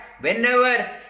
whenever